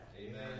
Amen